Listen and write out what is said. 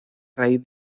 raíz